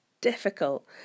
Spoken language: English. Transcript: difficult